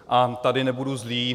A tady nebudu zlý.